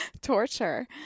Torture